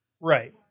right